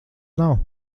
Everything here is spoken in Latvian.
nav